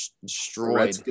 destroyed